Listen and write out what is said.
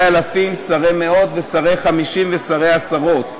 "שרי אלפים שרי מאות שרי חמִשים ושרי עשרֹת".